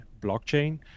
blockchain